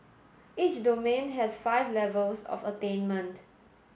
each domain has five levels of attainment